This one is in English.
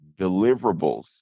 deliverables